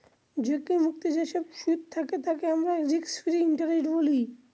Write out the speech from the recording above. ঝুঁকি মুক্ত যেসব সুদ থাকে তাকে আমরা রিস্ক ফ্রি ইন্টারেস্ট বলি